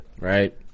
Right